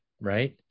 Right